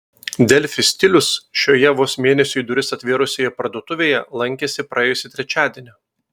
delfi stilius šioje vos mėnesiui duris atvėrusioje parduotuvėje lankėsi praėjusį trečiadienį